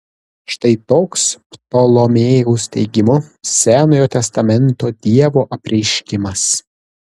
štai toks ptolomėjaus teigimu senojo testamento dievo apreiškimas